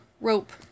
rope